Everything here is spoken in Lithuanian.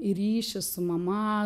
ryšį su mama